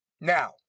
Now